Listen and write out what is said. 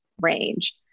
range